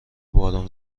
بارون